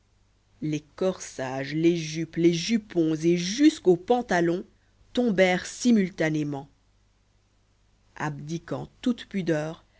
les corsages les jupes les jupons et jusqu'aux pantalons tombèrent simultanément abdiquant toute pudeur